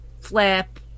flip